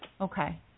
Okay